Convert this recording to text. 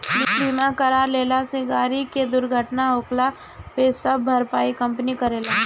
बीमा करा लेहला से गाड़ी के दुर्घटना होखला पे सब भरपाई कंपनी करेला